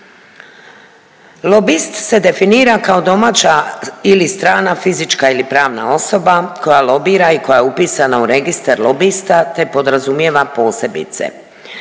Lobist se definira kao domaća ili strana fizička ili pravna osoba koja lobira i koja je upisana u registar lobista te podrazumijeva posebice,